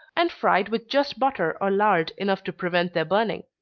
and fried with just butter or lard enough to prevent their burning.